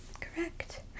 correct